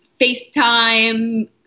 FaceTime